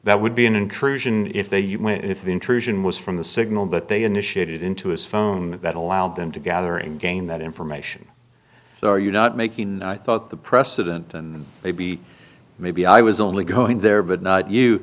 that would be an intrusion if they you mean if the intrusion was from the signal but they initiated into his phone that allowed them to gathering gain that information are you not making and i thought the precedent and maybe maybe i was only going there but not you